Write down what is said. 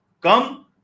Come